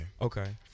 Okay